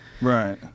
Right